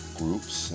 groups